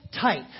tight